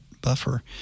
buffer